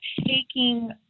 taking